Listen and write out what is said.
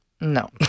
no